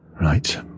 Right